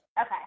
Okay